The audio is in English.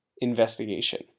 Investigation